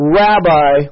rabbi